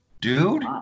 Dude